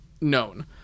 Known